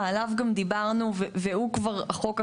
עליו גם דיברנו והוא כבר החוק הקיים.